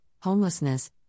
homelessness